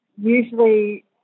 Usually